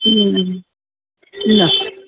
हम्म हम्म न